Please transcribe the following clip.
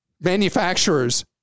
manufacturers